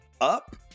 up